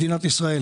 מדינת ישראל